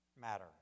matter